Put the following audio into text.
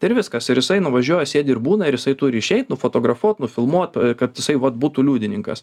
ir viskas ir jisai nuvažiuoja sėdi ir būna ir jisai turi išeit nufotografuot nufilmuot kad jisai vat būtų liudininkas